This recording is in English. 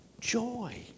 Joy